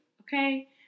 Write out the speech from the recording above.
Okay